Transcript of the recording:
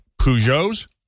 Peugeots